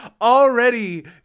already